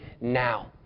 now